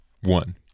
one